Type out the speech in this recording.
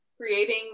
creating